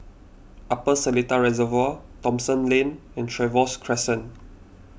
Upper Seletar Reservoir Thomson Lane and Trevose Crescent